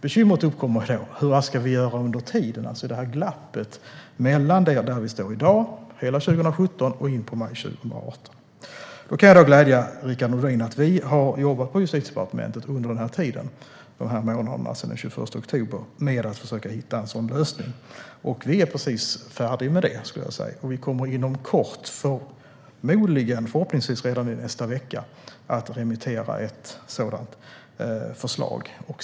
Bekymret uppkommer då: Vad ska vi göra under tiden, i glappet där vi står i dag, hela 2017 och in i maj 2018? Jag kan glädja Rickard Nordin med att säga att vi har jobbat på Justitiedepartementet under de månader som har gått sedan den 21 oktober med att försöka hitta en sådan lösning. Vi är precis färdiga med detta, och vi kommer inom kort - förmodligen och förhoppningsvis redan i nästa vecka - att remittera ett sådant förslag.